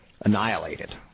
Annihilated